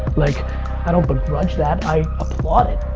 like i don't begrudge that. i applaud it.